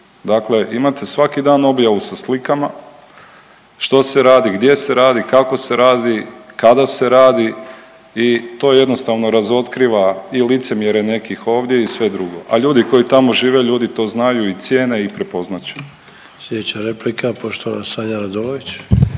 Dakle, imate svaki dan objavu sa slikama što se radi, gdje se radi, kako se radi, kada se radi i to jednostavno razotkriva i licemjerje nekih ovdje i sve drugo. A ljudi koji tamo žive ljudi to znaju i cijene i prepoznat će. **Sanader, Ante (HDZ)** Sljedeća replika poštovana Sanja Radolović.